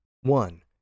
One